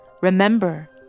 Remember